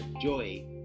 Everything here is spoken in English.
Joy